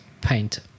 paint